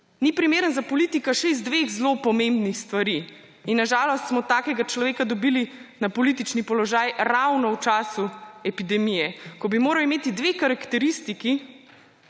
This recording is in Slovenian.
Ni primeren za politika še iz dveh zelo pomembnih stvari. Na žalost smo takega človeka dobili na politični položaj ravno v času epidemije, ko bi moral imeti dve karakteristiki,